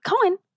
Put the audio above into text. Cohen